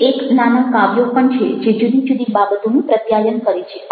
તે એક નાના કાવ્યો પણ છે જે જુદી જુદી બાબતોનું પ્રત્યાયન કરે છે